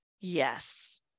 Yes